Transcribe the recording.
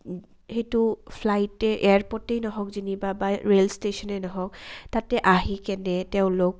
সেইটো ফ্লাইটে এয়াৰপৰ্টেই নহওক যেনিবা বা ৰেল ষ্টেচনেই নহওক তাতে আহি কেনে তেওঁলোক